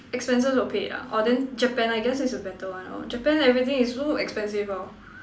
expenses all paid ah orh then Japan I guess is a better one lor Japan everything is so expensive lor